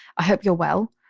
i hope you're well.